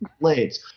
blades